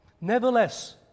Nevertheless